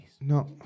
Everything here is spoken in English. No